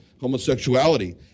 Homosexuality